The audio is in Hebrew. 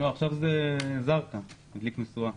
עכשיו זה זרקא, מדליק משואה,